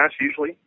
usually